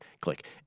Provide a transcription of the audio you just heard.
click